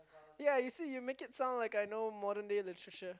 ya you see you make it sound like I know modern day literature